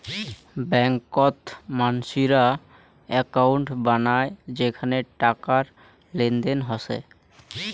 ব্যাংকত মানসিরা একউন্ট বানায় যেখানে টাকার লেনদেন হসে